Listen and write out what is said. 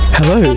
Hello